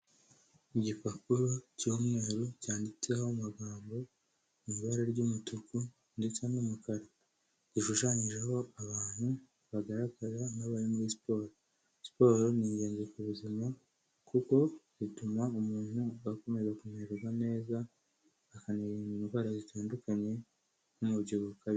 Igipapuro cy'umweru cyanditseho amagambo mu ibara ry'umutuku ndetse n'umukara, gishushanyijeho abantu bagaragara n'abari muri siporo, siporo ni ingenzi ku buzima kuko zituma umuntu akomeza kumererwa neza akanarinda indwara zitandukanye nk'umubyibuho ukabije.